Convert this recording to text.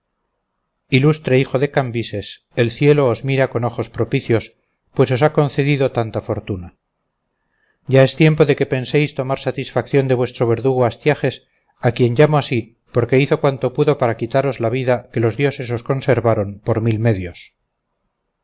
ilustre hijo de cambises el cielo os mira con ojos propicios pues os ha concedido tanta fortuna ya es tiempo de que penséis tomar satisfacción de vuestro verdugo astiages a quien llamo así porque hizo cuanto pudo para quitaros la vida que los dioses os conservaron por mi medio